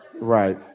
Right